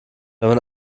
wenn